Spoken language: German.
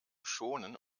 schonen